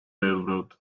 railroad